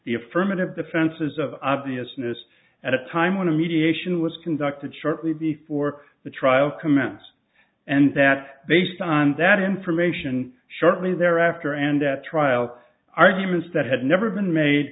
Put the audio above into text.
the affirmative defenses of obviousness at a time when a mediation was conducted shortly before the trial commence and that based on that information shortly thereafter and that trial arguments that had never been made